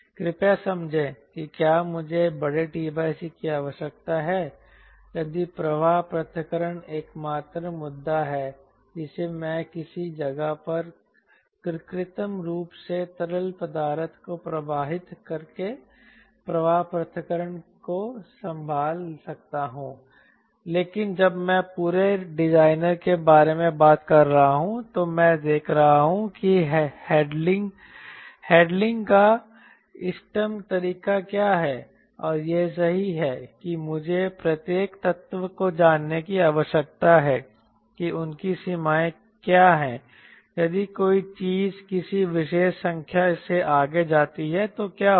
कृपया समझें कि क्या मुझे बड़े t c की आवश्यकता है यदि प्रवाह पृथक्करण एकमात्र मुद्दा है जिसे मैं किसी जगह पर कृत्रिम रूप से तरल पदार्थ को प्रवाहित करके प्रवाह पृथक्करण को संभाल सकता हूं लेकिन जब मैं पूरे डिजाइन के बारे में बात कर रहा हूं तो मैं देख रहा हूं कि हैंडलिंग का इष्टतम तरीका क्या है यह सही है कि मुझे प्रत्येक तत्व को जानने की आवश्यकता है कि उनकी सीमाएं क्या हैं यदि कोई चीज किसी विशेष संख्या से आगे जाती है तो क्या होगा